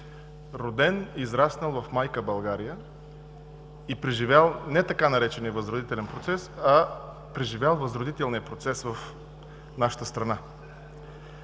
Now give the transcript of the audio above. роден, израснал в майка България, и преживял не „така наречения“ възродителен процес, а преживял възродителния процес в нашата страна.